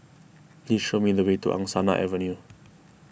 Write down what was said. please show me the way to Angsana Avenue